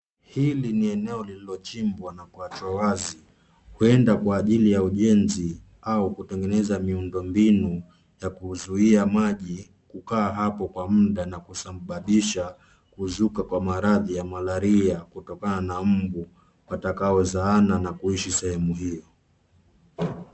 Hili ni eneo lililochimbwa na kuwachwa wazi, huenda kwa ajili ya ujenzi au kutengeneza miundombinu ya kuzuia maji kukaa hapo kwa muda na kusababisha kuzuka kwa maradhi ya Malaria kutokana na mbu watakaozaana na kuishi sehemu hiyo.